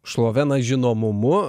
šlove na žinomumu